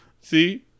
See